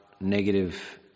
negative